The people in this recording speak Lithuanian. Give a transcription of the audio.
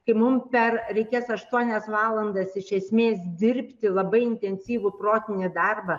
tai mum per reikės aštuonias valandas iš esmės dirbti labai intensyvų protinį darbą